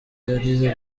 yari